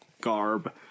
Garb